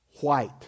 white